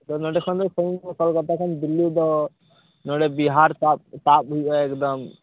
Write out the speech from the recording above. ᱛᱚ ᱱᱚᱸᱰᱮᱠᱷᱚᱱ ᱫᱚ ᱥᱟᱺᱜᱤᱧ ᱜᱮᱭᱟ ᱠᱳᱞᱠᱟᱛᱟ ᱠᱷᱚᱱ ᱫᱤᱞᱞᱤ ᱫᱚ ᱱᱚᱸᱰᱮ ᱵᱤᱦᱟᱨ ᱛᱟᱵ ᱛᱟᱵ ᱦᱩᱭᱩᱜ ᱟ ᱮᱠᱫᱚᱢ